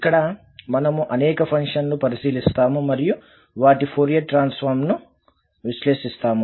ఇక్కడ మనము అనేక ఫంక్షన్లను పరిశీలిస్తాము మరియు వాటి ఫోరియర్ ట్రాన్సఫార్మ్ ను విశ్లేషిస్తాము